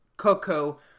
Coco